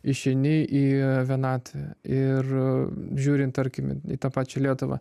išeini į vienatvę ir žiūrint tarkime į tą pačią lietuvą